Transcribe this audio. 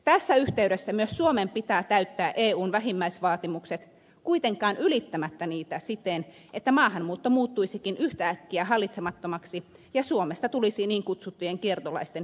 tässä yhteydessä myös suomen pitää täyttää eun vähimmäisvaatimukset kuitenkaan ylittämättä niitä siten että maahanmuutto muuttuisikin yhtäkkiä hallitsemattomaksi ja suomesta tulisi niin kutsuttujen kiertolaisten ykköskohdemaa